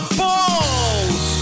balls